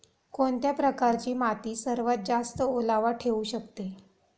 कोणत्या प्रकारची माती सर्वात जास्त ओलावा ठेवू शकते?